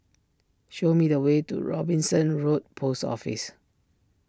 show me the way to Robinson Road Post Office